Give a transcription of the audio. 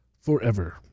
forever